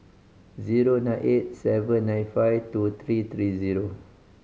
zero nine eight seven nine five two three three zero